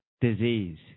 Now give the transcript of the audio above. disease